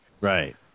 Right